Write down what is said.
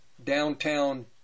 downtown